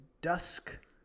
dusk